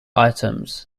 items